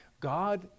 God